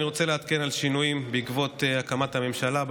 אני רוצה לעדכן על שינויים בוועדות השונות בעקבות הקמת הממשלה.